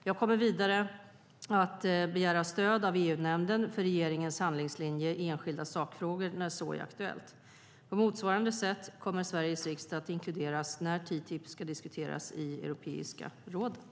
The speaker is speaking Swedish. Jag kommer vidare att begära stöd av EU-nämnden för regeringens handlingslinje i enskilda sakfrågor när så är aktuellt. På motsvarande sätt kommer Sveriges riksdag att inkluderas när TTIP ska diskuteras i Europeiska rådet.